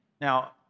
Now